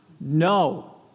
No